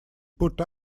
put